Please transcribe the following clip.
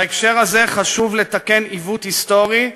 בהקשר הזה חשוב לתקן עיוות היסטורי,